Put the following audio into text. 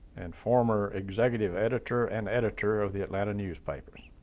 and former executive editor and editor of the atlanta newspapers.